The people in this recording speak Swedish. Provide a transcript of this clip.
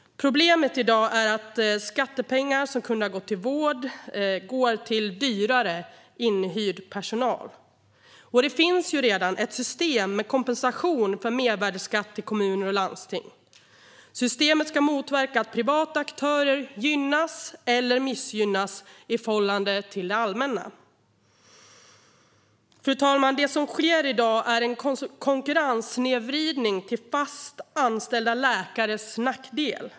Problemet i dag är att skattepengar som kunde ha gått till vård går till dyrare inhyrd personal. Det finns redan ett system med kompensation för mervärdesskatt till kommuner och landsting. Systemet ska motverka att privata aktörer gynnas eller missgynnas i förhållande till det allmänna. Fru talman! Det som sker i dag är en konkurrenssnedvridning till fast anställda läkares nackdel.